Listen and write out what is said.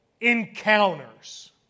encounters